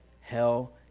hell